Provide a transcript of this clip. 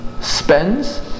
spends